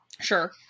Sure